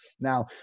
now